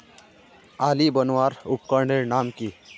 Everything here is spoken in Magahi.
आली बनवार उपकरनेर नाम की?